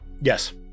Yes